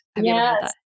Yes